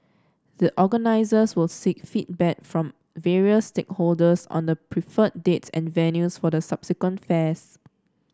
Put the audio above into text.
the organisers will seek feedback from various stakeholders on the preferred dates and venues for the subsequent fairs